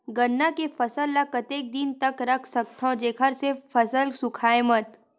गन्ना के फसल ल कतेक दिन तक रख सकथव जेखर से फसल सूखाय मत?